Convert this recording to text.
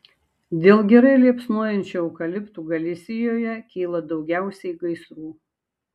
dėl gerai liepsnojančių eukaliptų galisijoje kyla daugiausiai gaisrų